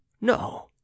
No